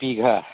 बिघा